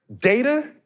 data